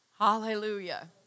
Hallelujah